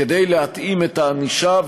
כדי להתאים את הענישה,